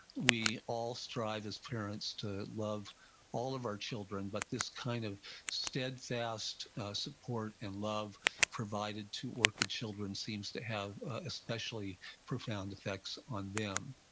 we all strive as parents to love all of our children, but this kind of steadfast support and love provided to orchid children seems to have especially profound effects on them.